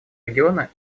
региона